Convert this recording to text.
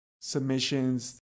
submissions